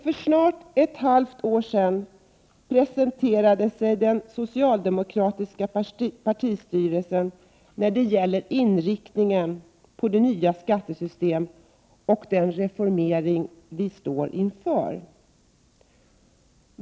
För snart ett halvt år sedan preciserade sig den socialdemokratiska partistyrelsen i fråga om inriktningen på det nya skattesystemet och den reformering vi står inför.